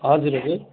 हजुर हजुर